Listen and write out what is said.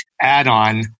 add-on